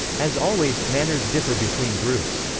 as always, manners differ between groups.